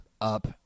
Up